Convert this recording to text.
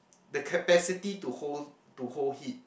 the capacity to hold to hold heat